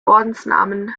ordensnamen